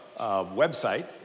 website